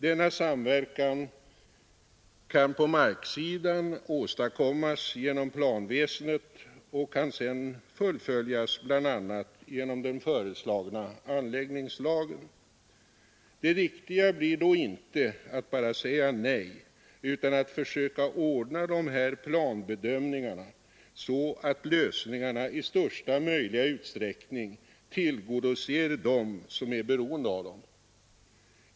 Denna samverkan kan på marksidan åstadkommas genom planväsendet och kan sedan fullföljas bl.a. genom den föreslagna anläggningslagen. Det riktiga blir då inte att bara säga nej utan att försöka ordna de här planbedömningarna så, att lösningarna i största möjliga utsträckning tillgodoser dem som är beroende av dem.